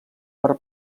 per